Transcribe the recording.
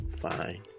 Fine